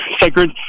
sacred